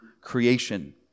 creation